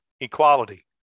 equality